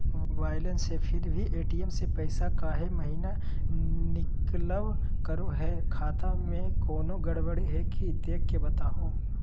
Balance है फिर भी भी ए.टी.एम से पैसा काहे महिना निकलब करो है, खाता में कोनो गड़बड़ी है की देख के बताहों?